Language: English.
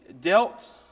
dealt